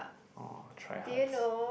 orh try hards